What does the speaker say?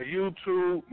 YouTube